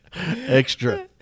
Extra